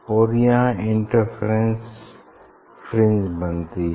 और यहाँ interference fringe बनती है